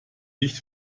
nicht